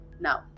Now